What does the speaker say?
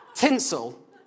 Tinsel